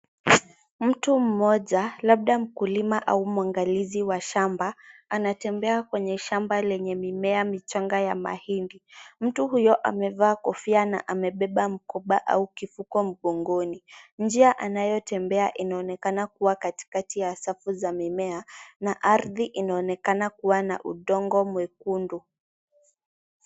Mtu mmoja labda mkulima au mwangalizi wa shamba anatembea kwenye shamba lenye mimea michanga ya mahindi. Mtu huyo amevaa kofia na amebeba mkoba au kifuko mgongoni. Njia anayotembea inaonekana kuwa katikati ya safu za mimea na ardhi inaonekana kuwa na udongo mwekundu.